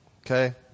Okay